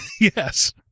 Yes